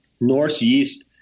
northeast